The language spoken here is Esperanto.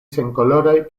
senkoloraj